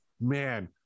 man